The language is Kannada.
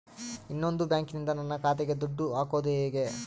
ಇನ್ನೊಂದು ಬ್ಯಾಂಕಿನಿಂದ ನನ್ನ ಖಾತೆಗೆ ದುಡ್ಡು ಹಾಕೋದು ಹೇಗೆ?